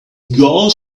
gal